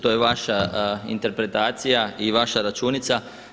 To je vaša interpretacija i vaša računica.